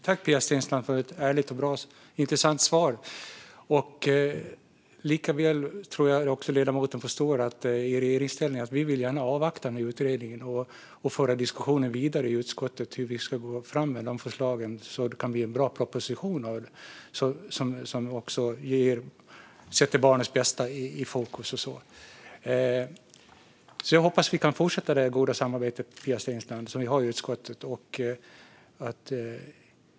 Fru talman! Tack för ett ärligt, bra och intressant svar, Pia Steensland! Likväl tror jag att ledamoten förstår att vi i regeringsställning gärna vill avvakta utredningen och föra diskussionen i utskottet om hur vi ska gå fram med de förslagen, så att det kan bli en bra proposition som sätter barnets bästa i fokus. Jag hoppas alltså att vi kan fortsätta det goda samarbete vi har i utskottet, Pia Steensland.